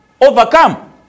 overcome